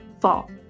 fall